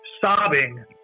sobbing